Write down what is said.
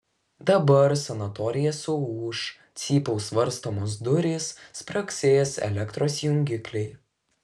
dabar sanatorija suūš cypaus varstomos durys spragsės elektros jungikliai